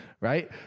right